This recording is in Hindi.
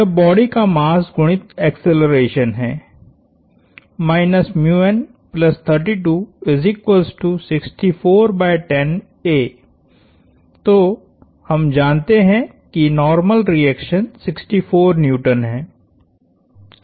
यह बॉडी का मास गुणित एक्सेलरेशन हैतो हम जानते हैं कि नार्मल रिएक्शन 64N है